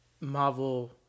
Marvel